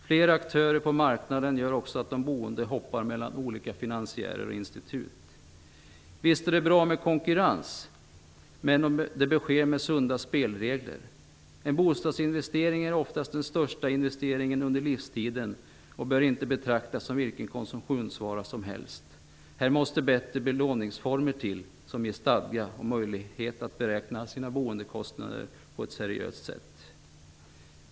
Fler aktörer på marknaden gör också att de boende hoppar mellan olika finansiärer och institut. Visst är det bra med konkurrens. Men det bör ske med sunda spelregler. En bostadsinvestering är ofta den största investeringen under livstiden och bör inte betraktas som vilken konsumtionsvara som helst. Här måste bättre belåningsformer till som ger stadga och möjlighet att beräkna sina boendekostnader på ett seriöst sätt.